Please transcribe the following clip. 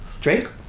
Drake